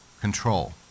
control